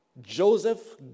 Joseph